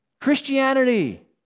Christianity